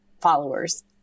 followers